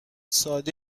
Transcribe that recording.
ساده